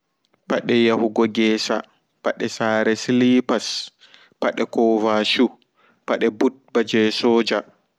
Paɗe yahugo gesa pade saare silpas pade cova shu pade ɓuk ɓa soja